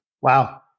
Wow